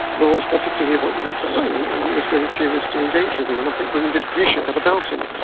wells but wanted to hear what you had to say and and he was very curious to engage with you, and i think women did appreciate that about him.